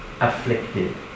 afflicted